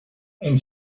and